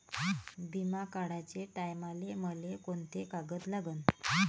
बिमा काढाचे टायमाले मले कोंते कागद लागन?